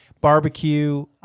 barbecue